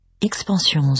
Expansions